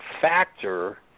factor